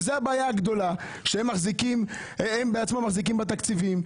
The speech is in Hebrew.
וזאת הבעיה הגדולה שהם בעצמם מחזיקים בתקציבים,